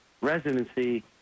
residency